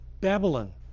Babylon